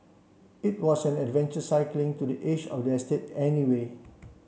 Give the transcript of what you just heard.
it was an adventure cycling to the edge of the estate anyway